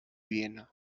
viena